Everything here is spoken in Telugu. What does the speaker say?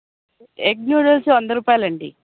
ఎగ్ నూడిల్స్ వంద రూపాయలండి